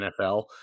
nfl